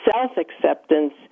self-acceptance